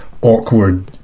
awkward